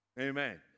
amen